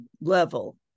level